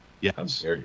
Yes